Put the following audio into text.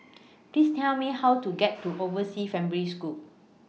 Please Tell Me How to get to Overseas Family School